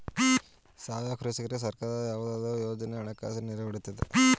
ಸಾವಯವ ಕೃಷಿಕರಿಗೆ ಸರ್ಕಾರದ ಯಾವುದಾದರು ಯೋಜನೆಯು ಹಣಕಾಸಿನ ನೆರವು ನೀಡುವುದೇ?